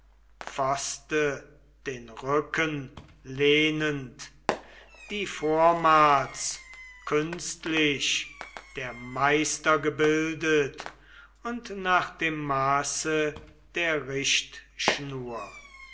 pfoste den rücken lehnend die vormals künstlich der meister gebildet und nach dem maße der richtschnur